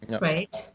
right